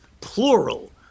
plural